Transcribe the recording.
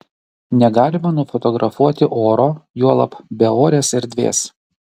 negalima nufotografuoti oro juolab beorės erdvės